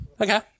Okay